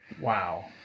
Wow